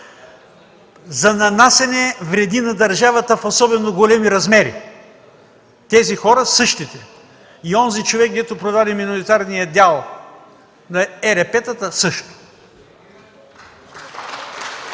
за нанасяне вреди на държавата в особено големи размери. Тези хора – същите! И онзи човек, дето продаде миноритарния дял на ЕРП-тата – също.